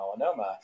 melanoma